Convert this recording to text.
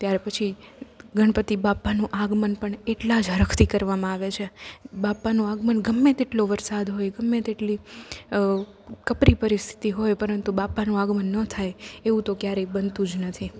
ત્યાર પછી ગણપતિ બાપાનું આગમન પણ એટલા જ હરખથી કરવામાં આવે છે બાપાનું આગમન ગમે તેટલો વરસાદ હોય ગમે તેટલી કપરી પરિસ્થિતિ હોય પરંતુ બાપાનું આગમન ન થાય એવું તો ક્યારેય બનતું જ નથી